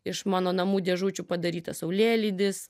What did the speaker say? iš mano namų dėžučių padarytas saulėlydis